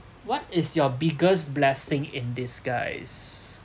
what is your biggest blessing in disguise